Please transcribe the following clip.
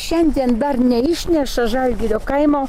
šiandien dar neišneša žalgirio kaimo